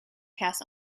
pass